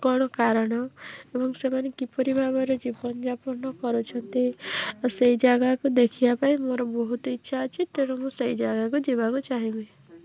କ'ଣ କାରଣ ଏବଂ ସେମାନେ କିପରି ଭାବରେ ଜୀବନଯାପନ କରୁଛନ୍ତି ଆଉ ସେଇ ଜାଗାକୁ ଦେଖିବାପାଇଁ ମୋର ବହୁତ ଇଚ୍ଛା ଅଛି ତେଣୁ ମୁଁ ସେଇ ଜାଗାକୁ ଯିବାକୁ ଚାହିଁବି